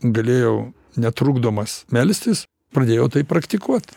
galėjau netrukdomas melstis pradėjau tai praktikuot